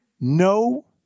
no